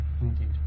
Indeed